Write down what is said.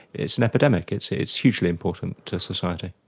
it's an epidemic, it's it's hugely important to society.